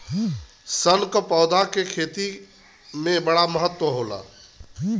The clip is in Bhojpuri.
सन क पौधा के खेती में बड़ा मेहनत होला